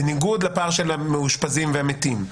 בניגוד לפער של המאושפזים והמתים.